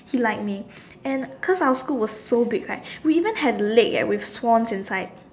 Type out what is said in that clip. he liked me and cause our school was so big right we even had lake leh with swans inside